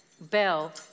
bell